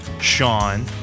Sean